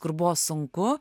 kur buvo sunku